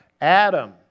Adam